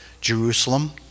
Jerusalem